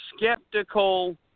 skeptical